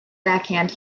backhand